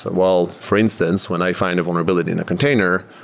well, for instance, when i find a vulnerability in a container,